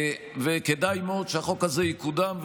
וכדאי מאוד שהחוק הזה יקודם,